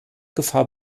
gefahr